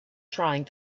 trying